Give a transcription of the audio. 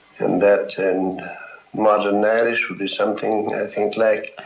and that in modern irish would be something like